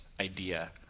idea